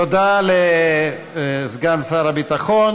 תודה לסגן שר הביטחון.